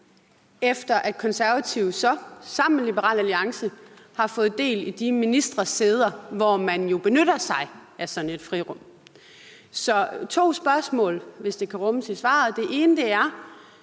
efter at Konservative sammen med Liberal Alliance så har fået del i de ministersæder, hvor man jo benytter sig af sådan et frirum. Så to spørgsmål, hvis det kan rummes i svaret: Det ene er: